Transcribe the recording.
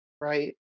right